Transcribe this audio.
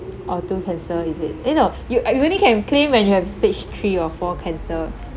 or two cancer is it eh no you you only can claim when you have stage three or four cancer